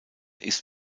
ist